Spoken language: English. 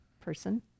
person